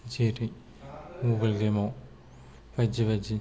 जेरै mobile game आव बायदि बायदि